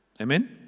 Amen